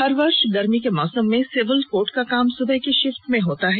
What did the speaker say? हर वर्ष गर्मी के मौसम में सिविल कोर्ट का काम सुबह की शिफ्ट में होता है